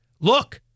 look